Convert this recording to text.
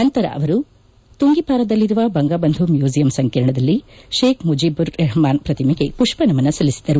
ನಂತರ ಮೋದಿ ಅವರು ತುಂಗಿಪಾರದಲ್ಲಿರುವ ಬಂಗಬಂಧು ಮ್ಯೂಸಿಯಂ ಸಂಕೀರ್ಣದಲ್ಲಿ ಶೇಖ್ ಮುಜಿಬುರ್ ರೆಹಮಾನ್ ಪ್ರತಿಮೆಗೆ ಪುಷ್ಪ ನಮನ ಸಲ್ಲಿಸಿದರು